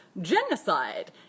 Genocide